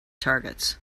targets